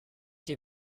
die